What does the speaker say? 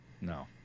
No